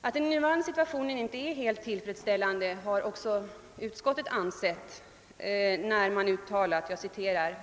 Att den nuvarande situationen inte är helt tillfredsställande anser också utskottet, när utskottet skriver